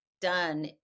done